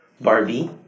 Barbie